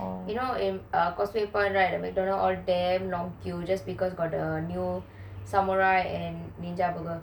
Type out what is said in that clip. you know at causeway point right the McDonald all damn long queue just because got the new samurai and ninja burgers